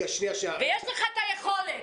ויש לך את היכולת.